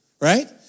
right